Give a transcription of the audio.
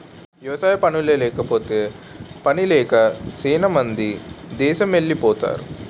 వ్యవసాయ పనుల్లేకపోతే పనిలేక సేనా మంది దేసమెలిపోతరు